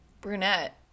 Brunette